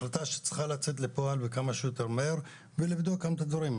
החלטה שצריכה לצאת לפועל וכמה שיותר מהר ולבדוק גם את הדברים,